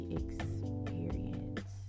experience